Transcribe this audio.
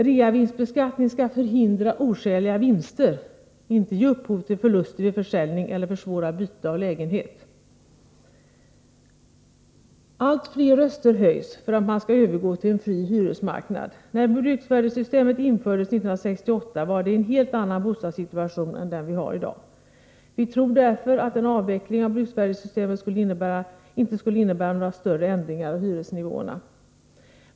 Reavinstbeskattning skall förhindra oskäliga vinster, inte ge upphov till förluster vid försäljning eller försvåra byte av lägenhet. Allt fler röster höjs för att man skall övergå till en fri hyresmarknad. När bruksvärdessystemet infördes 1968 var det i en helt annan bostadssituation än den vi har i dag. Vi tror därför inte att en avveckling av bruksvärdessystemet skulle innebära några större ändringar av hyresnivån.